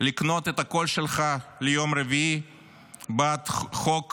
לקנות את הקול שלך ליום רביעי בחוק